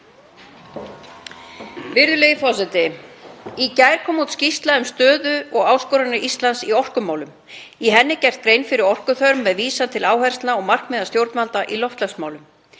Virðulegi forseti. Í gær kom út skýrsla um stöðu og áskoranir Íslands í orkumálum. Í henni er gerð grein fyrir orkuþörf með vísan til áherslna og markmiða stjórnvalda í loftslagsmálum.